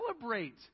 celebrate